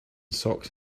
socks